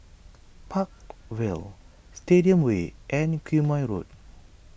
Park Vale Stadium Way and Quemoy Road